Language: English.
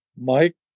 Mike